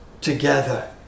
together